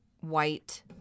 white